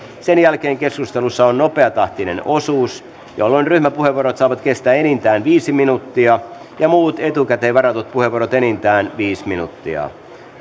sen jälkeen keskustelussa on nopeatahtinen osuus jolloin ryhmäpuheenvuorot saavat kestää enintään viisi minuuttia ja muut etukäteen varatut puheenvuorot enintään viisi minuuttia